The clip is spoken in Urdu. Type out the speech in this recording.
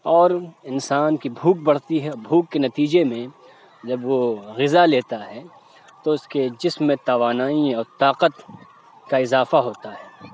اور انسان کی بھوک بڑھتی ہے بھوک کے نتیجے میں جب وہ غذا لیتا ہے تو اس کے جسم میں توانائی اور طاقت کا اضافہ ہوتا ہے